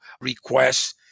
requests